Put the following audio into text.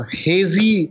hazy